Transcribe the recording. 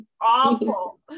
awful